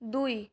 দুই